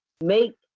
make